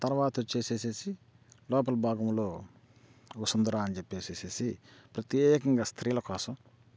తర్వాత వచ్చి లోపల భాగంలో వసుంధరా అని చెప్పి ప్రత్యేకంగా స్త్రీల కోసం